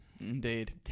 Indeed